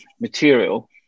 material